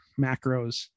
macros